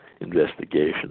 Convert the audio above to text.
investigation